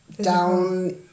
down